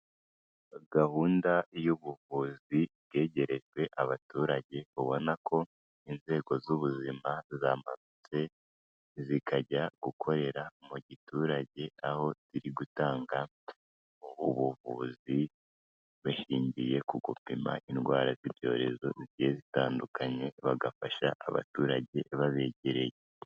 Gahunda y'ubuvuzi bwegerejwe abaturage, ubona ko inzego z'ubuzima zamanutse zikajya gukorera mu giturage, aho ziri gutanga ubuvuzi bushingiye ku gupima indwara z'ibyorezo zigiye zitandukanye, bagafasha abaturage babegereye.